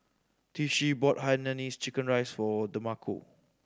Tishie bought Hainanese chicken rice for Demarco